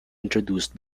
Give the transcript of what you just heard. introduced